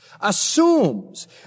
assumes